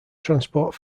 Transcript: transport